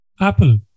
Apple